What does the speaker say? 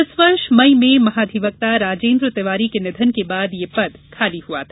इस वर्ष मई में महाधिवक्ता राजेन्द्र तिवारी के निधन के बाद से यह पद खाली था